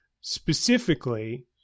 specifically